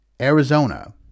Arizona